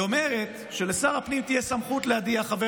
היא אומרת שלשר הפנים תהיה סמכות להדיח חבר